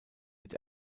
mit